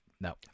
No